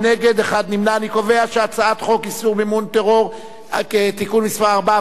אני קובע שהצעת חוק איסור מימון טרור (תיקון מס' 4) עברה בקריאה שנייה.